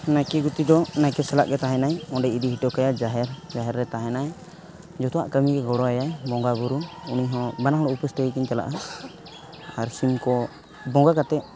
ᱱᱟᱭᱠᱮ ᱜᱩᱛᱤᱫᱚ ᱱᱟᱭᱠᱮ ᱥᱟᱞᱟᱜ ᱜᱮ ᱛᱟᱦᱮᱱᱟᱭ ᱚᱸᱰᱮ ᱤᱫᱤ ᱦᱚᱴᱚ ᱠᱟᱭᱟᱭ ᱡᱟᱦᱮᱨ ᱡᱟᱦᱮᱨ ᱨᱮ ᱛᱟᱦᱮᱱᱟᱭ ᱡᱚᱛᱚᱣᱟᱜ ᱠᱟᱹᱢᱤᱜᱮ ᱜᱚᱲᱚ ᱟᱭᱟᱭ ᱵᱚᱸᱜᱟᱼᱵᱩᱨᱩ ᱩᱱᱤᱦᱚᱸ ᱵᱟᱱᱟᱦᱚᱲ ᱩᱯᱟᱹᱥ ᱛᱮᱜᱮᱠᱤᱱ ᱪᱟᱞᱟᱜᱼᱟ ᱟᱨ ᱥᱤᱢᱠᱚ ᱵᱚᱸᱜᱟ ᱠᱟᱛᱮᱫ